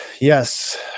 Yes